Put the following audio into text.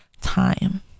time